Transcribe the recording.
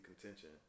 contention